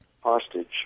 hostage